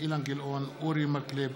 אילן גילאון, אורי מקלב,